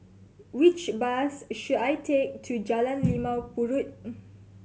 which bus should I take to Jalan Limau Purut